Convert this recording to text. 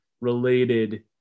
related